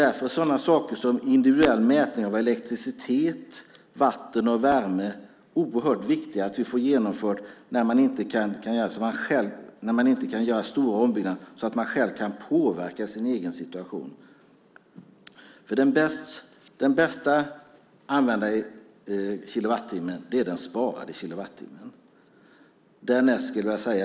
Det är oerhört viktigt att vi inför individuell mätning av elektricitet, vatten och värme när det inte går att göra stora ombyggnader så att man själv kan påverka sin egen situation. Den bäst använda kilowattimmen är den sparade kilowattimmen.